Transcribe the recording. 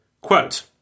Quote